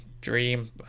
Dream